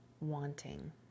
wanting